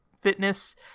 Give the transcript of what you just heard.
fitness